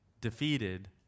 defeated